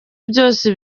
byose